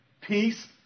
peace